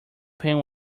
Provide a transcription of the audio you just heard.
pen